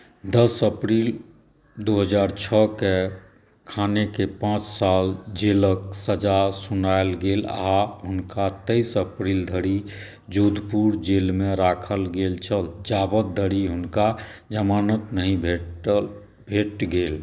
दस अप्रैल दुइ हजार छओके खानकेँ पाँच साल जेलके सजा सुनाओल गेल आओर हुनका तेरह अप्रैल धरि जोधपुर जेलमे राखल गेल छल जावतधरि हुनका जमानत नहि भेटि गेल